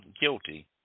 guilty